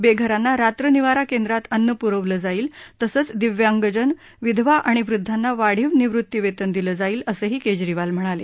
बेघरांना रात्र निवारा केंद्रात अन्न पुरवलं जाईल तसंच दिव्यागंजन विधवा आणि वृध्दांना वाढीव निवृत्ती वेतन दिलं जाईल असंही केजरीवाल म्हणाले